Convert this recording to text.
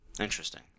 Interesting